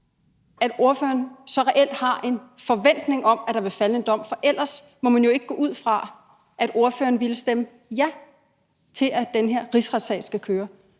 eller ej, reelt har en forventning om, at der vil falde en dom, for ellers ville ordføreren ikke, må man gå ud fra, stemme ja til, at den her rigsretssag skal køre.